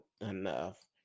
enough